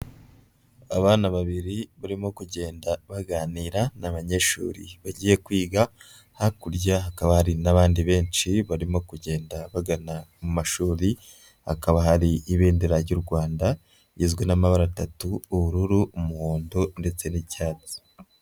Abana babiri barimo kugenda baganira ni abanyeshuri bagiye kwiga, hakurya hakaba hari n'abandi benshi barimo kugenda bagana mu mashuri, hakaba hari ibendera ry'u Rwanda rigizwe n'amabara atatu ubururu, umuhondo ndetse n'icyatsi.